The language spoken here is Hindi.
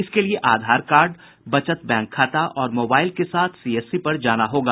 इसके लिए आधार कार्ड बचत बैंक खाता और मोबाइल के साथ सीएससी पर जाना होगा